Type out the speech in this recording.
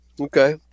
Okay